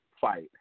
fight